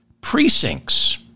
precincts